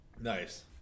Nice